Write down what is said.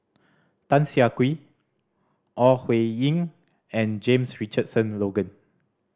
Tan Siah Kwee Ore Huiying and James Richardson Logan